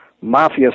mafia